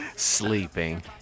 sleeping